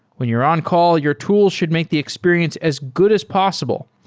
when you're on-call, your tool should make the experience as good as possible,